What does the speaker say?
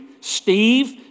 Steve